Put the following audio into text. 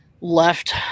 left